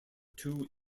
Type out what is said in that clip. two